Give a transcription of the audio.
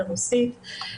ברוסית.